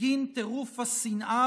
בגין טירוף השנאה